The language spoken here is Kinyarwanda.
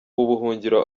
ubuhungiro